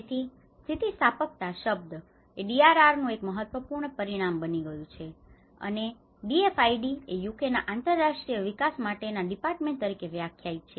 તેથી સ્થિતિસ્થાપકતા શબ્દ એ DRRનુ એક મહત્વપૂર્ણ પરિમાણ બની ગયું છે અને DFID એ યુકેના આંતરરાષ્ટ્રીય વિકાસ માટેના ડિપાર્ટમેન્ટ તરીકે વ્યાખ્યાયિત થાય છે